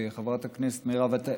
חברת הכנסת מירב.